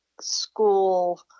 school